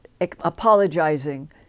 apologizing